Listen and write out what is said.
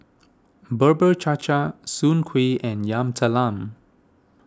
Bubur Cha Cha Soon Kuih and Yam Talam